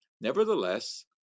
Nevertheless